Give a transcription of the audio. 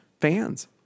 fans